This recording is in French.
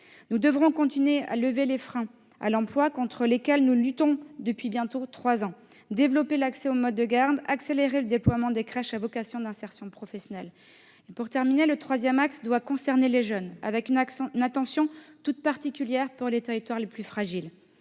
Nous devrons continuer à lever les freins à l'emploi contre lesquels nous luttons depuis bientôt trois ans, développer l'accès aux modes de garde, accélérer le déploiement des crèches à vocation d'insertion professionnelle. Pour terminer, le troisième axe doit concerner les jeunes, en particulier dans les territoires les plus fragiles.